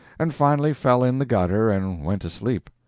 and finally fell in the gutter and went to sleep.